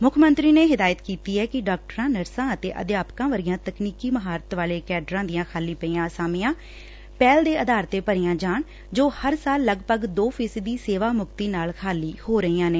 ਮੁੱਖ ਮੰਤਰੀ ਨੇ ਹਿਦਾਇਤ ਕੀਤੀ ਐ ਕਿ ਡਾਕਟਰਾ ਨਰਸਾ ਅਤੇ ਅਧਿਆਪਕਾ ਵਰਗੀਆਂ ਤਕਨੀਕੀ ਮਹਾਰਤ ਵਾਲੇ ਕੈਡਰਾਂ ਦੀਆਂ ਖਾਲੀ ਪਈਆਂ ਅਸਾਮੀਆਂ ਪਹਿਲ ਦੇ ਆਧਾਰ ਤੇ ਭਰੀਆਂ ਜਾਣ ਜੋ ਹਰ ਸਾਲ ਲਗਭਗ ਦੋ ਫ਼ੀਸਦੀ ਸੇਵਾ ਮੁਕਤੀ ਨਾਲ ਖਾਲੀ ਹੋ ਰਹੀਆਂ ਨੇ